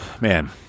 man